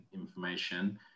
information